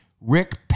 Rick